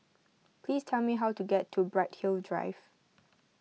please tell me how to get to Bright Hill Drive